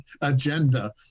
agenda